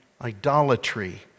idolatry